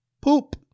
poop